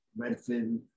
Redfin